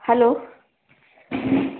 hello